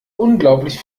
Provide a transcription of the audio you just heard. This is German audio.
unglaublich